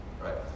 Right